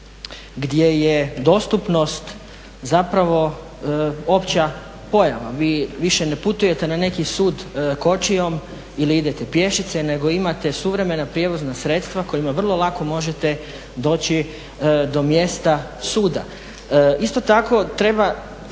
gdje je dostupnost zapravo opća pojava, vi više ne putujete na neki sud kočijom ili idete pješice, nego imate suvremena prijevozna sredstva kojima vrlo lako možete doći do mjesta suda. Isto tako treba